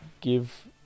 Give